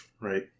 right